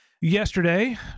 Yesterday